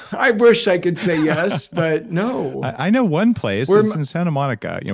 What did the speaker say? i wish i could say yes, but no i know one place, it's in santa monica. you know